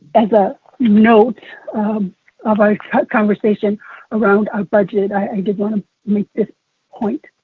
as a note of our conversation around our budget, i did want to make this point,